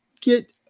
Get